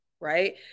right